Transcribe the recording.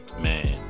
Man